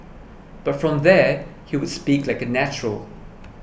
but from there he would speak like a natural